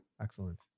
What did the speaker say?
excellent